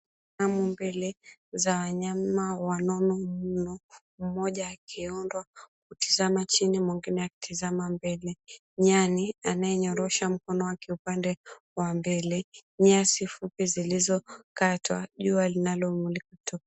...mbele za wanyama wanono mno mmoja akiundwa kutazama chini mwingine akitazama mbele, nyani anayenyorosha mkono wake upande wa mbele, nyasi fupi zilizokatwa, jua linalomulika.